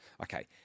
Okay